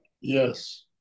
Yes